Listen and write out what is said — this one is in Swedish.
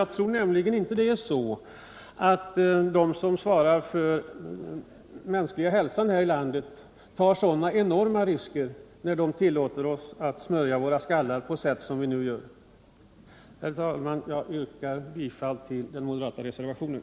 Jag tror nämligen inte att de som här i landet svarar för den mänskliga hälsan tar så enorma risker när de tillåter oss att smörja våra skallar på det sätt som vi nu gör. Herr talman! Jag yrkar bifall till den moderata reservationen.